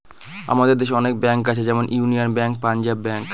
আমাদের দেশে অনেক ব্যাঙ্ক আছে যেমন ইউনিয়ান ব্যাঙ্ক, পাঞ্জাব ব্যাঙ্ক